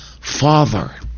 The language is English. Father